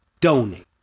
Donate